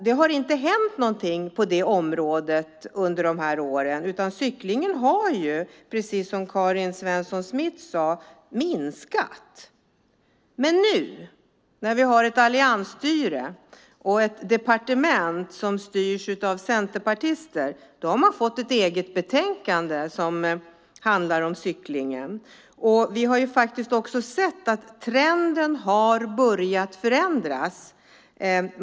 Det har inte hänt någonting på det området under de här åren, utan cyklingen har, precis som Karin Svensson Smith sade, minskat. Men nu när vi har ett alliansstyre och ett departement som styrs av centerpartister har cyklingen fått ett eget betänkande. Vi har också faktiskt sett att trenden har börjat förändras.